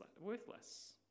worthless